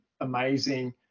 amazing